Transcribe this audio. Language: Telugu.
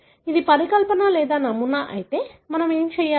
అది పరికల్పన లేదా నమూనా అయితే మనం ఏమి చేయాలి